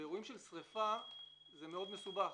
באירועי שריפה זה מאוד מסובך.